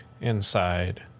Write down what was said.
inside